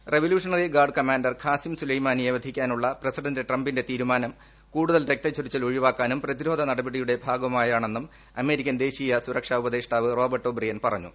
revolutionary guard commander Qasem സുലൈമാനിയെ വധിക്കാനുള്ള president ട്രംപിന്റെ തീരുമാനം കൂടുതൽ രക്തച്ചൊരിച്ചിൽ ഒഴിവാക്കാനും പ്രതിരോധ നടപടിയുടെ ഭാഗവുമായാണെന്നും അമേരിക്കൻ ദേശീയ സുരക്ഷാ ഉപദേഷ്ടാവ് റോബർട്ട് ഒബ്രിയൻ പറഞ്ഞു